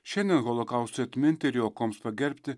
šiandien holokaustui atminti ir jo aukoms pagerbti